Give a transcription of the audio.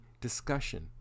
discussion